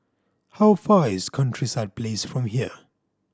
how far is Countryside Place from here